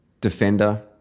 defender